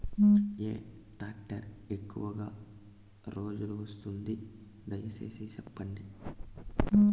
ఏ tractor ఎక్కువగా రోజులు వస్తుంది, దయసేసి చెప్పండి?